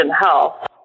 health